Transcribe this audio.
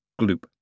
gloop